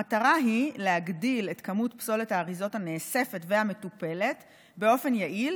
המטרה היא להגדיל את כמות פסולת האריזות הנאספת והמטופלת באופן יעיל,